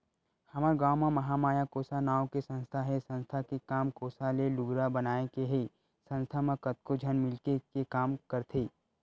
हमर गाँव म महामाया कोसा नांव के संस्था हे संस्था के काम कोसा ले लुगरा बनाए के हे संस्था म कतको झन मिलके के काम करथे